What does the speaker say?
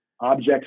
objects